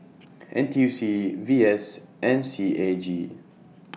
N T U C V S and C A G